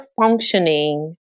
functioning